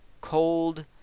cold